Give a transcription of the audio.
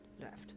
left